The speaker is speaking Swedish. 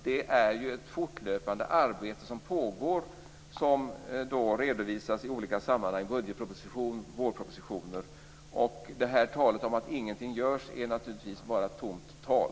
Det är ett fortlöpande arbete som pågår och som redovisas i olika sammanhang: budgetproposition, vårpropositioner. Talet om att ingenting görs är naturligtvis bara tomt tal.